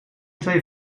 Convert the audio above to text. twee